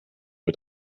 mit